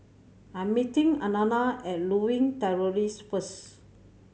I'm meeting Alannah at Lewin Terrace first